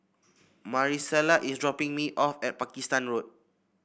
Marisela is dropping me off at Pakistan Road